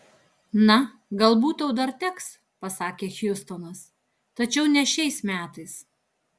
na galbūt tau dar teks pasakė hjustonas tačiau ne šiais metais